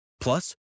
Plus